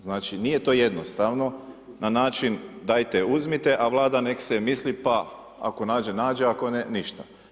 Znači nije to jednostavno na način dajte uzmite a Vlada nek se misli pa ako nađe nađe a ako ne ništa.